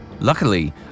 Luckily